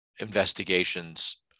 investigations